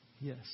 yes